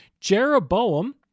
Jeroboam